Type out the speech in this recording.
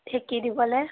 ঢেকি দিবলৈ